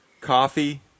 coffee